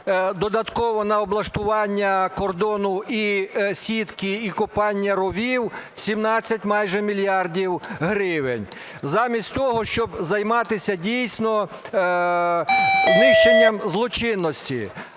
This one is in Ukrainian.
додатково на облаштування кордону і сітки, і копання ровів майже 17 мільярдів гривень замість того, щоб займатися, дійсно, нищенням злочинності.